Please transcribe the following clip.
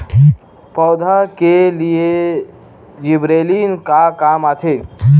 पौधा के लिए जिबरेलीन का काम आथे?